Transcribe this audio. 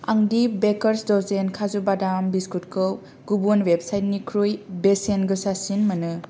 आं the baker's dozen काजु बादाम बिस्कुटखौ गुबुन वेबसाइटनिख्रुइ बेसेन गोसासिन मोनो